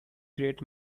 great